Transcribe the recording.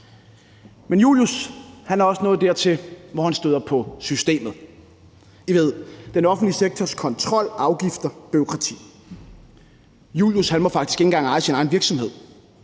Men Julius er også nået dertil, hvor han støder på systemet – I ved, den offentlige sektors kontrol, afgifter og bureaukrati. Julius må faktisk ikke engang eje sin egen virksomhed.